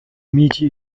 meiji